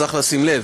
צריך לשים לב,